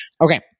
okay